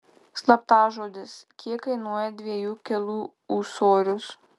slaptažodis kiek kainuoja dviejų kilų ūsorius